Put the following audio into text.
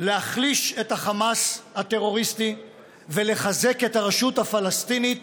להחליש את החמאס הטרוריסטי ולחזק את הרשות הפלסטינית